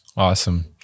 Awesome